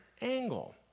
angle